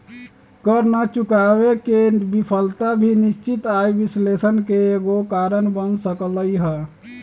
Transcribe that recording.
कर न चुकावे के विफलता भी निश्चित आय विश्लेषण के एगो कारण बन सकलई ह